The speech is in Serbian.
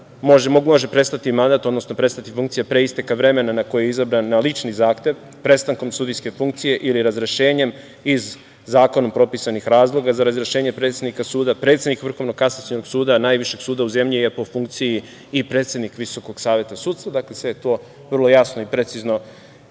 može prestati mandat, odnosno prestati funkcija pre isteka vremena na koji je izabran na lični zahtev, prestankom sudijske funkcije ili razrešenjem iz zakonom propisanih razloga za razrešenje predsednika suda. Predsednik Vrhovnog kasacionog suda, najvišeg suda u zemlji, je po funkciji i predsednik Visokog saveta sudstva, dakle, sve je to vrlo jasno i precizno